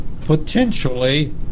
potentially